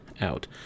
out